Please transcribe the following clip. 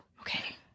okay